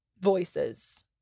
voices